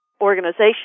organization